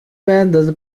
بندازه